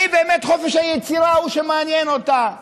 האם באמת חופש היצירה הוא שמעניין אותה?